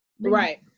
Right